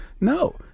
No